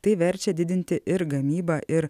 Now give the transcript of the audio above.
tai verčia didinti ir gamybą ir